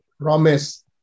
promise